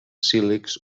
sílex